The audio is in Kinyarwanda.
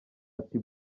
ati